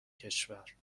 کشور